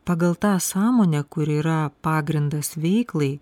pagal tą sąmonę kur yra pagrindas veiklai